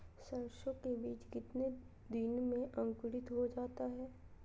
सरसो के बीज कितने दिन में अंकुरीत हो जा हाय?